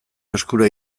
eskura